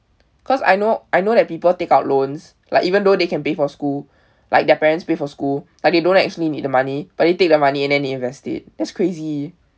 cause I know I know that people take out loans like even though they can pay for school like their parents pay for school but they don't actually need the money but they take the money and then they invest it that's crazy